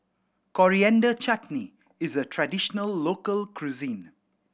Coriander Chutney is a traditional local cuisine